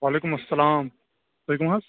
وعلیکُم اسلام تُہۍ کُم حظ